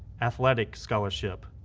athletic scholarship.